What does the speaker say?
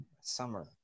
Summer